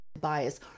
bias